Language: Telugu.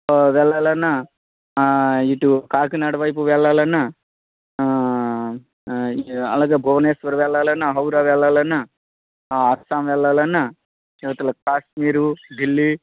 ఆ వెళ్లాలన్నా ఆ ఇటు కాకినాడ వైపు వెళ్లాలన్నా ఆ ఆ అలాగే భువనేశ్వర్ వెళ్లాలన్న హౌరా వెళ్లాలన్నా ఆ అస్సాం వెళ్లాలన్న ఇవతల కాశ్మీరూ ఢిల్లీ